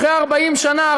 אחרי 40 שנה,